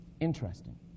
Interesting